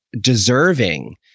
deserving